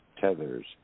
tethers